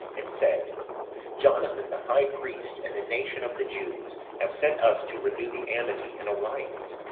and said jonathan, the high priest, and the nation of the jews, have sent us to renew the amity, and alliance,